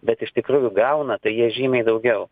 bet iš tikrųjų gauna tai jie žymiai daugiau